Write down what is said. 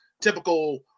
typical